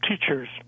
teachers